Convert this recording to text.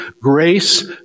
grace